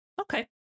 Okay